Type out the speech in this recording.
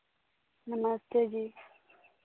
नमस्ते जी